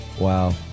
Wow